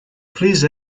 please